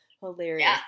hilarious